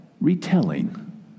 retelling